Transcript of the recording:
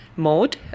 mode